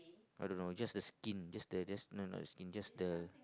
I don't know it just the skin just the just known as skin just the